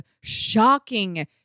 shocking